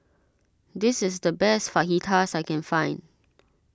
this is the best Fajitas I can find